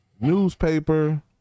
newspaper